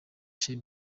chez